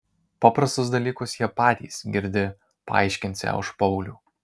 paprastus dalykus jie patys girdi paaiškinsią už paulių